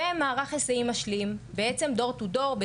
ומערך היסעים משלים, בעצם door to door .